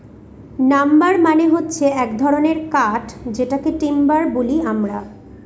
number মানে হচ্ছে এক ধরনের কাঠ যেটাকে টিম্বার বলি আমরা